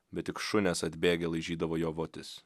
bet tik šunes atbėgę laižydavo jo votis